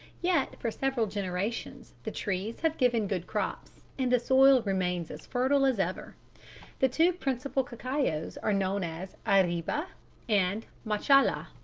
yet for several generations the trees have given good crops and the soil remains as fertile as ever the two principal cacaos are known as arriba and machala,